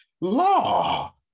law